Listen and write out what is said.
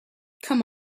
come